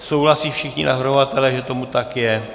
Souhlasí všichni navrhovatelé, že tomu tak je?